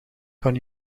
kan